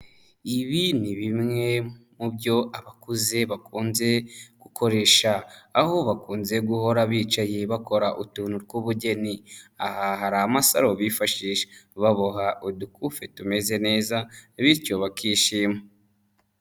Ibi ni bimwe mu byo abakuze bakunze gukoresha, aho bakunze guhora bicaye bakora utuntu tw'ubugeni, aha hari amasaro bifashisha, baboha udukufi tumeze neza bityo bakishima.